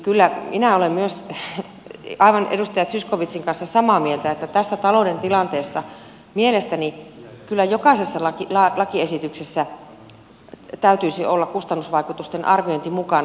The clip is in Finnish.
kyllä minä olen myös edustaja zyskowiczin kanssa aivan samaa mieltä että tässä talouden tilanteessa jokaisessa lakiesityksessä täytyisi olla kustannusvaikutusten arviointi mukana